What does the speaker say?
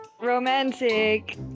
romantic